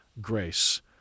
grace